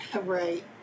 right